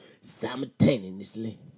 Simultaneously